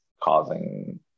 causing